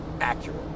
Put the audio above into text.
accurate